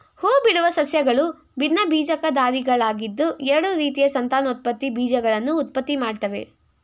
ಹೂಬಿಡುವ ಸಸ್ಯಗಳು ಭಿನ್ನಬೀಜಕಧಾರಿಗಳಾಗಿದ್ದು ಎರಡು ರೀತಿಯ ಸಂತಾನೋತ್ಪತ್ತಿ ಬೀಜಕಗಳನ್ನು ಉತ್ಪತ್ತಿಮಾಡ್ತವೆ